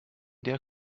der